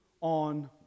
on